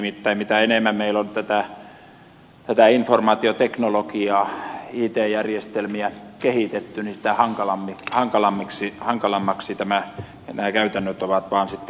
nimittäin mitä enemmän meillä on tätä informaatioteknologiaa it järjestelmiä kehitetty sitä hankalammaksi nämä käytännöt ovat vaan muuttuneet